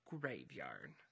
graveyard